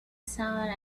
sound